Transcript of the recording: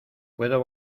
puedo